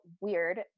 weird